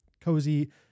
cozy